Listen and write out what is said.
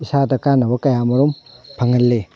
ꯏꯁꯥꯗ ꯀꯥꯟꯅꯕ ꯀꯌꯥ ꯃꯔꯨꯝ ꯐꯪꯍꯜꯂꯤ